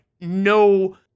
no